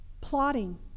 Plotting